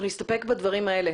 אנחנו נסתפק בדברים האלה.